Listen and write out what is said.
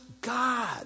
God